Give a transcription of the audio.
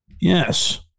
Yes